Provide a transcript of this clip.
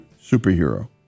superhero